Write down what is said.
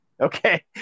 Okay